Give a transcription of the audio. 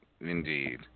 Indeed